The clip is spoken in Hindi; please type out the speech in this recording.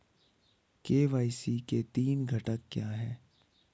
के.वाई.सी के तीन घटक क्या हैं?